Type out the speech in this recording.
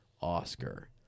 Oscar